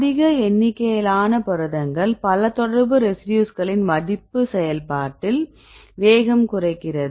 அதிக எண்ணிக்கையிலான புரதங்கள் பல தொடர்பு ரெசிடியூஸ்களின் மடிப்பு செயல்பாட்டில் வேகம் குறைக்கிறது